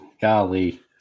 Golly